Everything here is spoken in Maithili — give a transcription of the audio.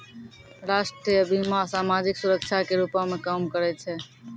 राष्ट्रीय बीमा, समाजिक सुरक्षा के रूपो मे काम करै छै